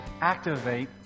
activate